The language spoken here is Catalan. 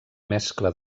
mescla